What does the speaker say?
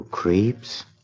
Creeps